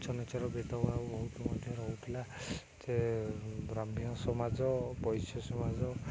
ଉଚ୍ଚ ନିଚର ଭେଦଭାବ ବହୁତ ମଧ୍ୟ ରହୁଥିଲା ଯେ ବ୍ରାହ୍ମଣ ସମାଜ ବୈଶ୍ୟ ସମାଜ